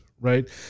right